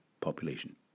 population